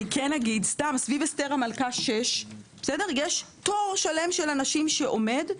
סביב אסתר המלכה 6 יש תור של אנשים שעומדים.